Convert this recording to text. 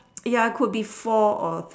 ya could be four or